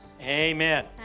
Amen